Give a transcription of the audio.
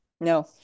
No